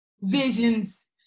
visions